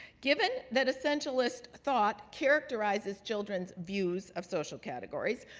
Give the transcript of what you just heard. given that essentialist thought characterizes children's views of social categories,